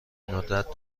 ندرت